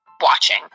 watching